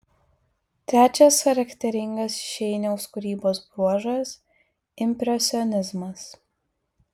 trečias charakteringas šeiniaus kūrybos bruožas impresionizmas